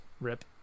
rip